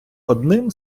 одним